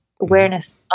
awareness